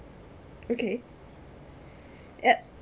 okay yup